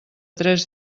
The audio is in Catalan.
tres